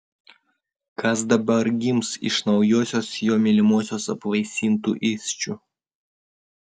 kas dabar gims iš naujosios jo mylimosios apvaisintų įsčių